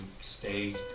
stay